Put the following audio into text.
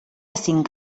cinc